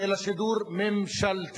אלא שידור ממשלתי.